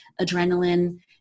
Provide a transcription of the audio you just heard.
adrenaline